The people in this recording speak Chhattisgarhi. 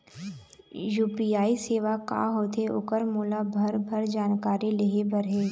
यू.पी.आई सेवा का होथे ओकर मोला भरभर जानकारी लेहे बर हे?